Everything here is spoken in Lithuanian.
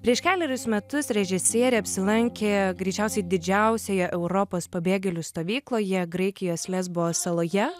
prieš kelerius metus režisierė apsilankė greičiausiai didžiausioje europos pabėgėlių stovykloje graikijos lesbo saloje